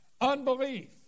unbelief